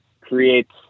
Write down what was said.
creates